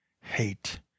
hate